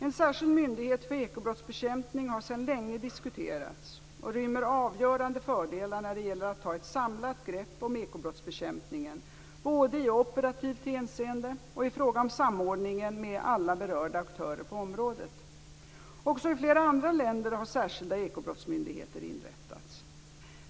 En särskild myndighet för ekobrottsbekämpning har sedan länge diskuterats och rymmer avgörande fördelar när det gäller att ta ett samlat grepp om ekobrottsbekämpningen, både i operativt hänseende och i fråga om samordningen med alla berörda aktörer på området. Också i flera andra länder har särskilda ekobrottsmyndigheter inrättats.